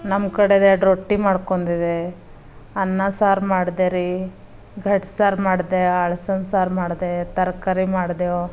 ನಮ್ಮ ಕಡೇದು ಎರ್ಡು ರೊಟ್ಟಿ ಮಾಡ್ಕೊಂಡಿದ್ದೆ ಅನ್ನ ಸಾರು ಮಾಡಿದೆ ರೀ ಘಡ್ ಸಾರು ಮಾಡಿದೆ ಹಳ್ಸಿನ ಸಾರು ಮಾಡಿದೆ ತರಕಾರಿ ಮಾಡಿದೆವೊ